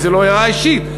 זו לא הערה אישית,